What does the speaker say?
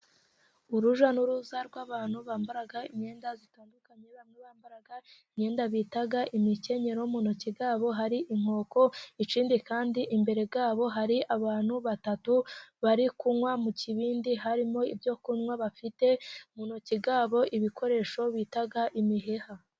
Urujya n'uruza rw'abantu bambara imyenda itandukanye, bamwe bambara imyenda bita imikenyero, mu ntoki zabo hari inkoko, ikindi kandi imbere yabo hari abantu batatu, bari kunywa mu kibindi, harimo ibyo kunywa bafite mu ntoki zabo ibikoresho bita imiheha.